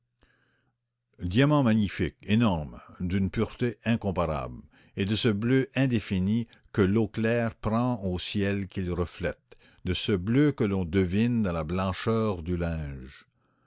diamant magnifique énorme d'une pureté incomparable et de ce bleu indéfini que l'eau claire prend au ciel qu'il reflète de ce bleu que l'on devine dans la blancheur du linge